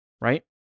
right